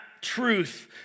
truth